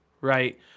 right